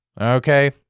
Okay